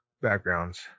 backgrounds